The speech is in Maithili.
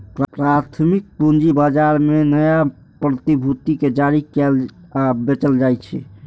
प्राथमिक पूंजी बाजार मे नया प्रतिभूति कें जारी कैल आ बेचल जाइ छै